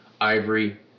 ivory